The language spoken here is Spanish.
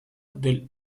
del